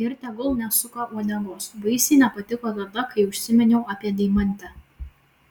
ir tegul nesuka uodegos baisiai nepatiko tada kai užsiminiau apie deimantę